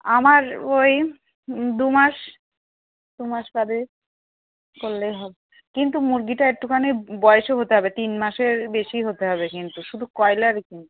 আমার ওই দুমাস দুমাস বাদে করলেই হবে কিন্তু মুরগিটা একটুখানি বয়সও হতে হবে তিনমাসের বেশি হতে হবে কিন্তু শুধু ব্রয়লার কিন্তু